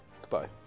Goodbye